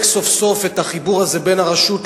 סוף-סוף את החיבור הזה בין הרשות לפוליטיקאים.